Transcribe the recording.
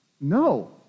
No